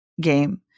game